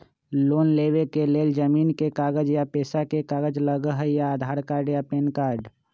Loan लेवेके लेल जमीन के कागज या पेशा के कागज लगहई या आधार कार्ड या पेन कार्ड?